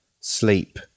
sleep